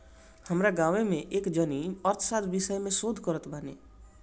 हमरी गांवे में एक जानी अर्थशास्त्र विषय में शोध करत बाने